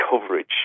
coverage